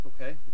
Okay